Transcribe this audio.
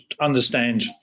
understand